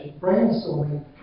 brainstorming